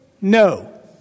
No